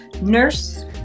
nurse